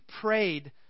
prayed